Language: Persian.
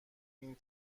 این